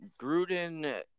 Gruden